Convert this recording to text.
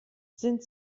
sind